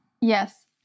Yes